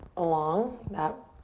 along that